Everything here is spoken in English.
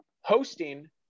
hosting